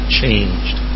changed